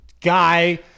guy